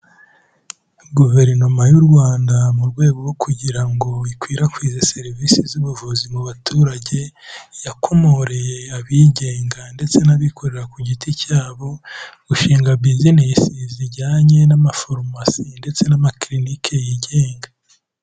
Guverinoma y'u Rwanda mu rwego rwo kugira ngo ikwirakwize serivisi z'ubuvuzi mu baturage, yakomoreye abigenga ndetse n'abikorera ku giti cyabo gushinga business zijyanye n'amafarumasi ndetse n'amakilinike yigenga.